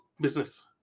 business